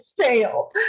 fail